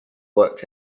worked